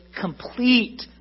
complete